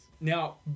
Now